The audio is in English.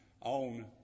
on